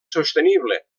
sostenible